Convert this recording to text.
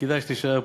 כדאי שתישאר פה.